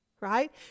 right